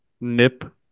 nip